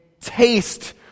taste